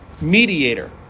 mediator